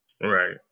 right